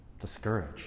discouraged